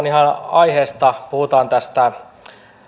ihan aiheesta puhutaan tästä